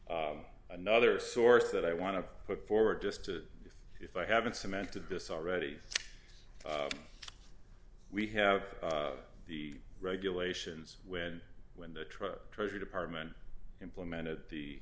g another source that i want to put forward just to see if i haven't cemented this already we have the regulations when when the truck treasury department implemented